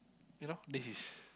you know this is